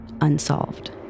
unsolved